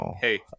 hey